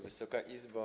Wysoka Izbo!